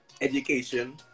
education